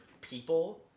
people